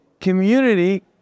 Community